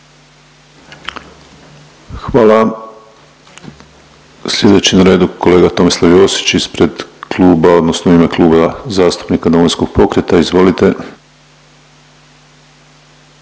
Hvala. Slijedeći na redu kolega Tomislav Josić ispred kluba odnosno u ime Kluba zastupnika Domovinskog pokreta. Izvolite.